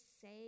say